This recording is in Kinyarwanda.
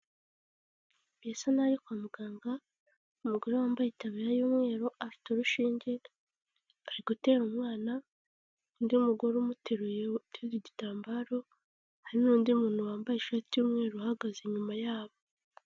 Mbese nawe kwa muganga umugore wambayetamera y'umweru afite urushinge, ari gutera umwana, undi mugore umuteruye uteze igitambaro, hari n'undi muntu wambaye ishati y'umweru, uhagaze inyuma yabo.